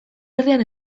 herrian